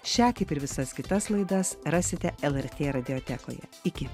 šią kaip ir visas kitas laidas rasite lrt radiotekoje iki